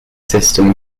system